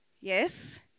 yes